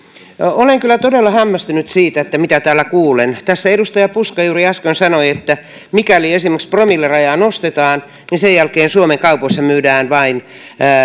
olen kyllä todella hämmästynyt siitä mitä täällä kuulen tässä edustaja puska juuri äsken sanoi että mikäli esimerkiksi prosenttirajaa nostetaan niin sen jälkeen suomen kaupoissa myydään vain